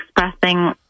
expressing